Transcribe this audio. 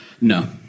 No